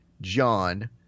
John